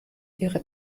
ihre